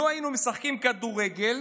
לו היינו משחקים כדורגל,